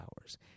hours